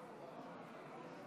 התקבלה.